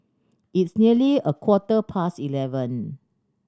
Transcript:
its nearly a quarter past eleven